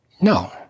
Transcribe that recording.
No